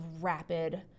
rapid